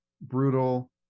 brutal